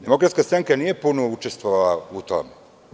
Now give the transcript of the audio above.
Demokratska stranka nije puno učestvovala u tome.